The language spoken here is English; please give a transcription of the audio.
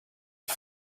for